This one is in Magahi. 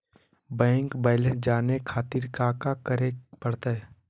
बैंक बैलेंस जाने खातिर काका करे पड़तई?